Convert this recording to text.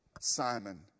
simon